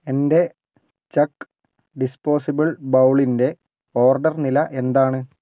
എന്റെ ചക്ക് ഡിസ്പോസിബിൾ ബൗളിന്റെ ഓർഡർ നില എന്താണ്